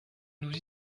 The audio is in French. nous